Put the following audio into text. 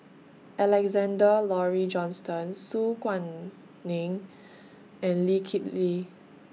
Alexander Laurie Johnston Su Guaning and Lee Kip Lee